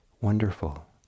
wonderful